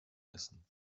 essen